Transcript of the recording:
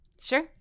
Sure